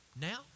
Now